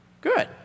Good